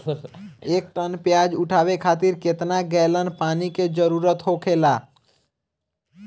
एक टन प्याज उठावे खातिर केतना गैलन पानी के जरूरत होखेला?